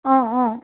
অ' অ'